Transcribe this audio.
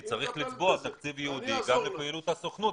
כי צריך לצבוע תקציב ייעודי גם לפעילות הסוכנות.